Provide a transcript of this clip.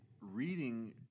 reading